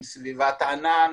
עם סביבת ענן,